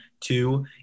two